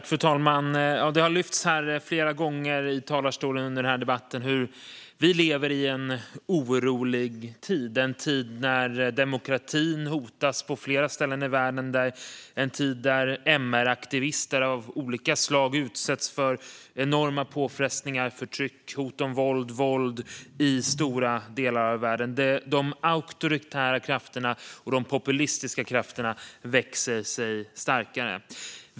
Fru talman! Det har lyfts flera gånger i talarstolen under debatten att vi lever i en orolig tid. Det är en tid när demokratin hotas i stora delar av världen och en tid när MR-aktivister av olika slag utsätts för enorma påfrestningar i form av förtryck, hot om våld och våld. De auktoritära krafterna och de populistiska krafterna växer sig starkare.